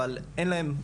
אבל אין להם,